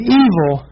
evil